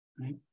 right